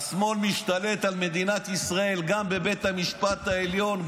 השמאל משתלט על מדינת ישראל גם בבית המשפט העליון,